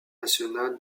national